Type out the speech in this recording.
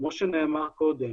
כמו שנאמר קודם,